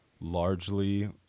largely